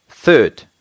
Third